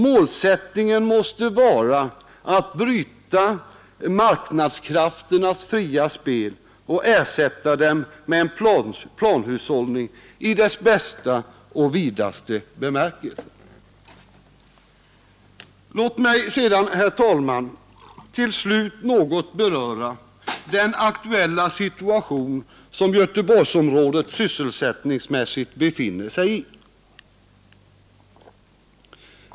Målsättningen måste vara att bryta marknadskrafternas fria spel och ersätta dem med planhushållning i dess bästa och vidaste bemärkelse. Låt mig sedan något beröra den aktuella situation som Göteborgsområdet sysselsättningsmässigt befinner 'sig i.